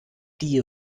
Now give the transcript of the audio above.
die